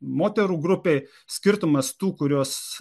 moterų grupėj skirtumas tų kurios